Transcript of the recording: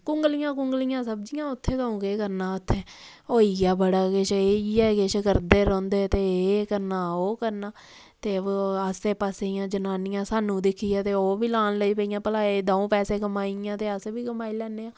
कुंगलियां कुंगलियां सब्जियां उत्थै कदूं केह् करना उत्थै होई गेआ बड़ा किश इ'यै किश करदे रौंह्दे ते एह् करना ओह् करना ते ओह् आस्सै पास्सै दियां जनानियां सानूं दिक्खियै ते ओह् बी लान लगी पेइयां भला एह् द'ऊं पैसे कमाई गेइयां ते अस बी कमाई लैन्ने आं